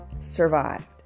survived